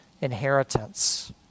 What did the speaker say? inheritance